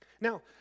Now